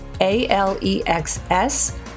A-L-E-X-S